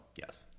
Yes